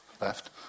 Left